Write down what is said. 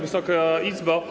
Wysoka Izbo!